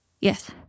Yes